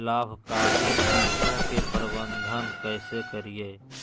लाभकारी कीटों के प्रबंधन कैसे करीये?